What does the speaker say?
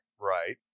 Right